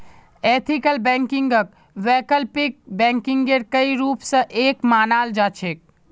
ethical बैंकिंगक वैकल्पिक बैंकिंगेर कई रूप स एक मानाल जा छेक